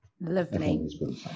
lovely